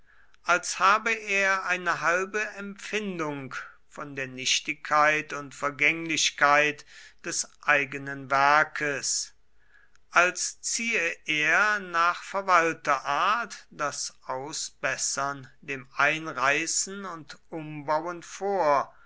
als habe er eine halbe empfindung von der nichtigkeit und vergänglichkeit des eigenen werkes als ziehe er nach verwalterart das ausbessern dem einreißen und umbauen vor